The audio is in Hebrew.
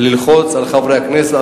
ללחוץ על חברי הכנסת,